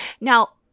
Now